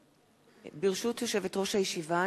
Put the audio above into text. ברשות יושבת-ראש הישיבה,